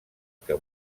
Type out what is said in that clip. que